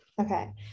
okay